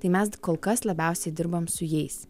tai mes kol kas labiausiai dirbam su jais